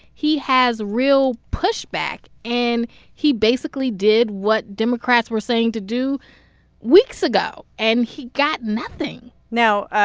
he has real pushback. and he basically did what democrats were saying to do weeks ago, and he got nothing now,